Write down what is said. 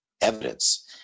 evidence